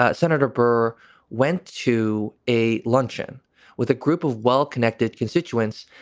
ah senator burr went to a luncheon with a group of well-connected constituents.